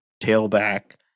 tailback